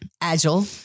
agile